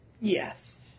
Yes